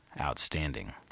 outstanding